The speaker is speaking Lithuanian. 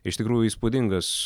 iš tikrųjų įspūdingas